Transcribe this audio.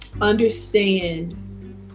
understand